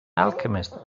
alchemist